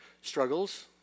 struggles